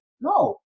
No